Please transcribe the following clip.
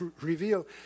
reveal